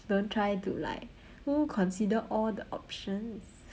don't try to like !woo! consider all the options